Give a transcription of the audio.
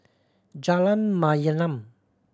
Jalan Mayaanam